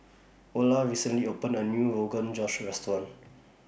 Ola recently opened A New Rogan Josh Restaurant